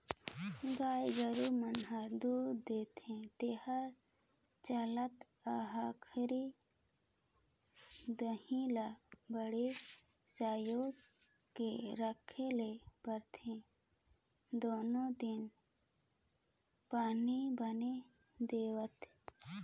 गाय गोरु मन हर दूद देथे तेखर चलते ओखर देह ल बड़िहा संजोए के राखे ल परथे दाना पानी बने देवत